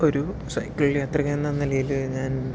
ഒരു സൈക്കിൾ യാത്രികൻ എന്ന നിലയിൽ ഞാൻ